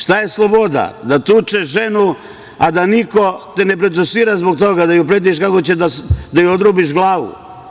Šta je sloboda, da tučeš ženu, a da te niko ne procesuira zbog toga, da joj pretiš kako ćeš da joj odrubiš glavu?